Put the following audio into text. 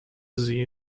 sie